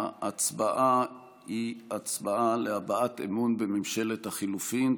ההצבעה היא הצבעה להבעת אמון בממשלת החילופים.